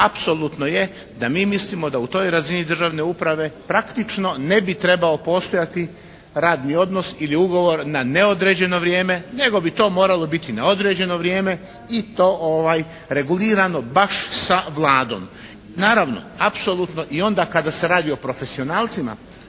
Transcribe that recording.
apsolutno je da mi mislimo da u toj razini državne uprave praktično ne bi trebao postojati radni odnos ili ugovor na neodređeno vrijeme nego bi to moralo biti na određeno vrijeme i to regulirano baš sa Vladom. Naravno apsolutno i onda kada se radi o profesionalcima.